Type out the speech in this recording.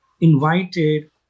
invited